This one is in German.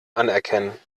anerkennen